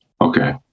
Okay